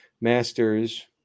Masters